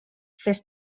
fes